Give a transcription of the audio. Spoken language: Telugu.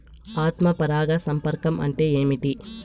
ఆత్మ పరాగ సంపర్కం అంటే ఏంటి?